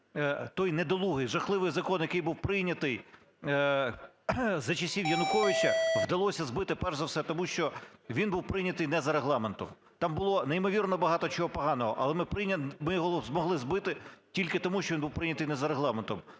той недолугий, жахливий закон, який був прийнятий за часів Януковича, вдалося збити перш за все тому, що він був прийнятий не за Регламентом. Там було неймовірно багато чого поганого, але ми змогли збити тільки тому, що він був прийнятий не за Регламентом.